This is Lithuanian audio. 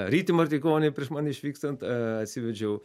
rytį martikonį prieš man išvykstant atsivedžiau